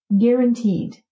guaranteed